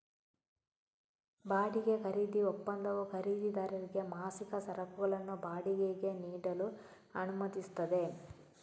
ಬಾಡಿಗೆ ಖರೀದಿ ಒಪ್ಪಂದವು ಖರೀದಿದಾರರಿಗೆ ಮಾಸಿಕ ಸರಕುಗಳನ್ನು ಬಾಡಿಗೆಗೆ ನೀಡಲು ಅನುಮತಿಸುತ್ತದೆ